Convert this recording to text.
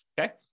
okay